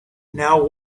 now